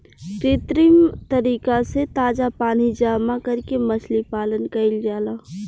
कृत्रिम तरीका से ताजा पानी जामा करके मछली पालन कईल जाला